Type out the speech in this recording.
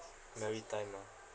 maritime lah